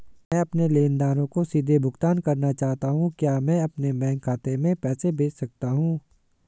मैं अपने लेनदारों को सीधे भुगतान करना चाहता हूँ क्या मैं अपने बैंक खाते में पैसा भेज सकता हूँ?